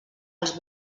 els